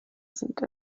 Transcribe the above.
sind